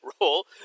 role